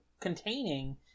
containing